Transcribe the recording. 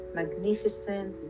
magnificent